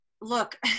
look